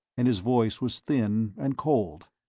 and his voice was thin and cold.